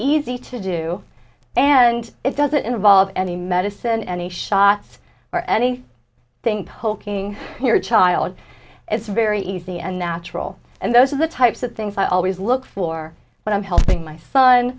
easy to do and it doesn't involve any medicine any shots or any thing poking your child it's very easy and natural and those are the types of things i always look for when i'm helping my son